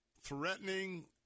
threatening